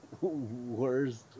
worst